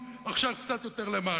אדוני,